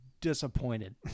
disappointed